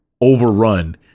overrun